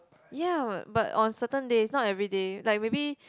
ya but on certain days not everyday like maybe